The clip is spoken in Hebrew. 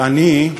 ואני,